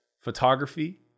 photography